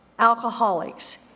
alcoholics